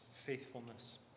faithfulness